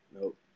Nope